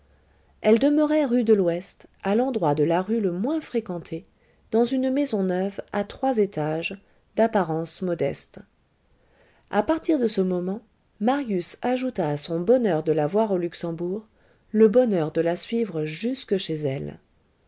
elle demeurait rue de l'ouest à l'endroit de la rue le moins fréquenté dans une maison neuve à trois étages d'apparence modeste à partir de ce moment marius ajouta à son bonheur de la voir au luxembourg le bonheur de la suivre jusque chez elle